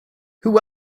who